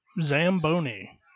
Zamboni